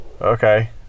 okay